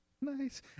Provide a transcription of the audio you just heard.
Nice